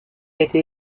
été